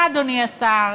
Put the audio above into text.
השר,